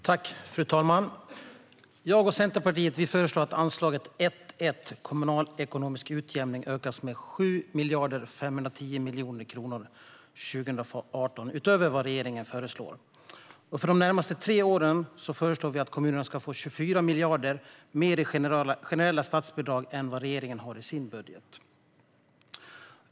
Fru talman! Jag och Centerpartiet föreslår att anslaget 1:1 Kommunal ekonomisk utjämning ska ökas med 7,510 miljarder kronor 2018, utöver vad regeringen föreslår. För de närmaste tre åren föreslår vi att kommunerna ska få 24 miljarder mer i generella statsbidrag än vad regeringen har föreslagit i sin budget.